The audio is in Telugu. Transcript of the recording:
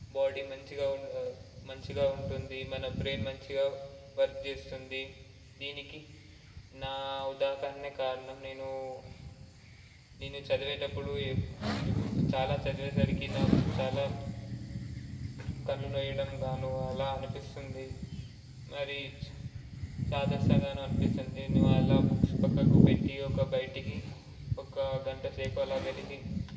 బాడీ మంచిగా ఉం మంచిగా ఉంటుంది మన బ్రెయిన్ మంచిగా వర్క్ చేస్తుంది దీనికి నా ఉదాహారణే కారణం నేనూ నేను చదివేటప్పుడు ఎప్పుడు చాలా చదివేసరికి నాకు చాలా కనులు నొయ్యడం గానూ అలా అనిపిస్తుంది మరి చాదస్తం గాను అనిపిస్తుంది నేను అలా బుక్స్ ప్రక్కకు పెట్టి ఒక బయటికి ఒక గంటసేపు అలా వెళ్ళి